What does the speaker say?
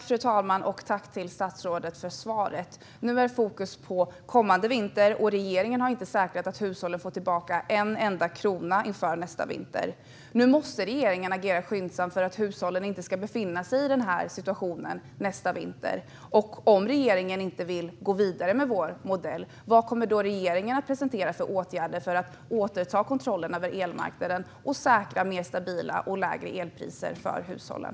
Fru talman! Tack till statsrådet för svaret! Nu är fokus på kommande vinter. Regeringen har inte säkrat att hushållen får tillbaka en enda krona inför nästa vinter. Nu måste regeringen agera skyndsamt för att hushållen inte ska befinna sig i denna situation nästa vinter. Om regeringen inte vill gå vidare med vår modell, vad kommer regeringen att presentera för åtgärder för att återta kontrollen över elmarknaden och säkra lägre och mer stabila elpriser för hushållen?